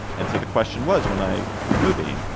and so the question was when i was moving,